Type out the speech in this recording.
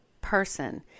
person